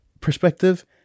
perspective